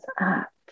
up